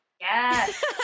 yes